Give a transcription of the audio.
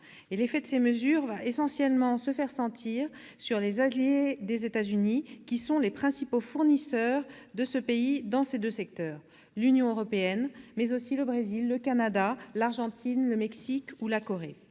L'effet de ces mesures va essentiellement se faire sentir sur les alliés des États-Unis, qui sont les principaux fournisseurs de ce pays dans ces deux secteurs : l'Union européenne, mais aussi le Brésil, le Canada, l'Argentine, le Mexique ou la Corée.